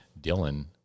Dylan